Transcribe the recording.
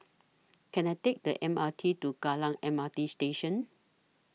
Can I Take The M R T to Kallang M R T Station